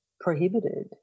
prohibited